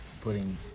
putting